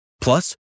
Plus